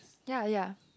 ya ya